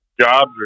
jobs